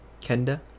Kenda